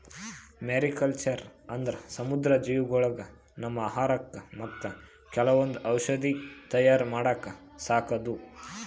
mariculture ಅಂದ್ರ ಸಮುದ್ರ ಜೀವಿಗೊಳಿಗ್ ನಮ್ಮ್ ಆಹಾರಕ್ಕಾ ಮತ್ತ್ ಕೆಲವೊಂದ್ ಔಷಧಿ ತಯಾರ್ ಮಾಡಕ್ಕ ಸಾಕದು